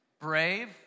Brave